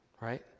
right